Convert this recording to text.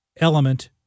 element